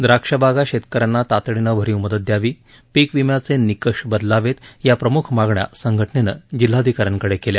द्राक्ष बागा शेतक यांना तातडीनं भरीव मदत द्यावी पीक विम्याचे निकष बदलावे या प्रमुख मागण्या संघटनेनं जिल्हाधिका यांकडे केल्या